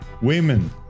women